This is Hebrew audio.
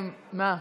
מה?